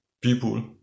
people